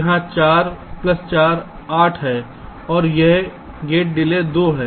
यहां 4 प्लस 4 8 है और यह गेट डिले 2 है